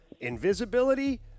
invisibility